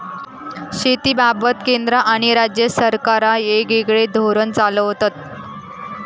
शेतीबाबत केंद्र आणि राज्य सरकारा येगयेगळे धोरण चालवतत